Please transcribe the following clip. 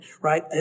right